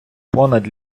понад